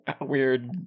weird